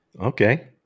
Okay